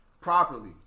Properly